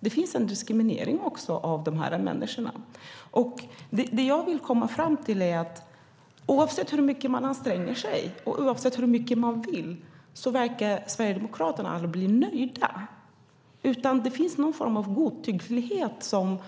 Det finns en diskriminering av dessa människor. Oavsett hur mycket man anstränger sig och hur mycket man vill verkar Sverigedemokraterna aldrig bli nöjda. Det är någon sorts godtycklighet som